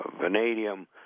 vanadium